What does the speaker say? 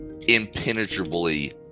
impenetrably